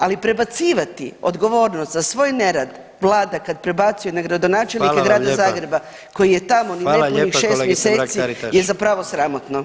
Ali prebacivati odgovornost za svoj nerad Vlada kad prebacuje na gradonačelnike grada Zagreba koji je tamo šest mjeseci je zapravo sramotno.